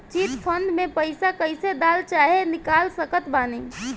Chit fund मे पईसा कईसे डाल चाहे निकाल सकत बानी?